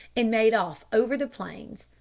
and made off over the plains,